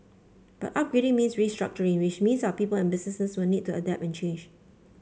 but upgrading means restructuring which means our people and businesses will need to adapt and change